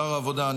שר העבודה.